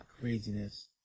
craziness